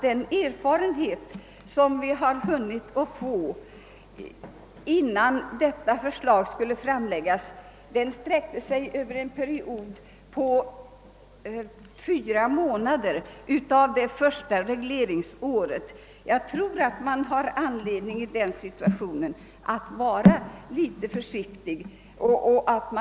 Den erfarenhet, som vi hunnit få innan detta förslag skulle framläggas, sträckte sig över en period av fyra månader av det första regleringsåret. Jag tror att det i denna situation finns anledning att vara försiktig.